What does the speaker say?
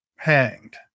hanged